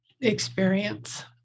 experience